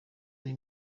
ari